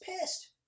pissed